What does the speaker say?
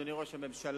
אדוני ראש הממשלה,